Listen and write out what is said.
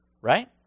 right